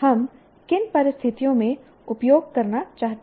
हम किन परिस्थितियों में उपयोग करना चाहते हैं